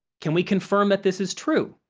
can we confirm that this is true?